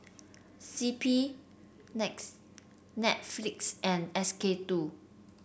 C P next Netflix and S K two